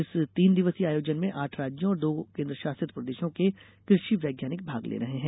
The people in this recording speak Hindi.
इस तीन दिवसीय आयोजन में आठ राज्यों और दो केन्द्रशासित प्रदेशों के कृषि वैज्ञानिक भाग ले रहे हैं